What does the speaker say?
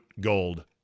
gold